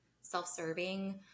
self-serving